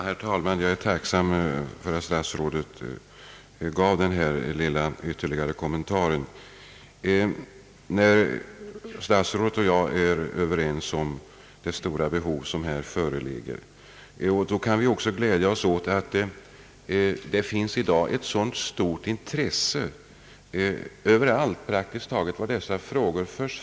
Herr talman! Jag är tacksam för att statsrådet Aspling gjorde denna ytterligare kommentar. Statsrådet och jag är överens om det stora behov som föreligger och vi kan också glädja oss åt att det i dag finns ett mycket stort intresse för dessa frågor överallt där de förs fram.